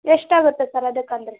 ಎಷ್ಟು ಆಗುತ್ತೆ ಸರ್ ಅದಕ್ಕೆ ಅಂದರೆ